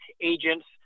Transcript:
agents